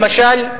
למשל,